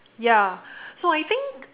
ya so I think